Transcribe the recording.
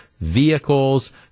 vehicles